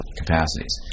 capacities